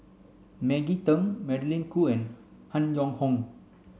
Maggie Teng Magdalene Khoo and Han Yong Hong